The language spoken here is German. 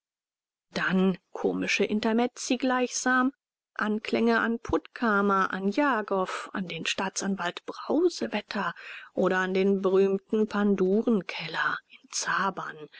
dann komische intermezzi gleichsam anklänge an puttkamer an jagow an den staatsanwalt brausewetter oder an den berühmten panduren-keller in